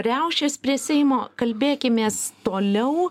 riaušes prie seimo kalbėkimės toliau